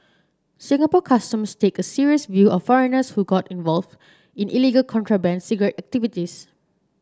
Singapore Customs take a serious view of foreigners who get involved in illegal contraband cigarette activities